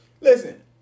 Listen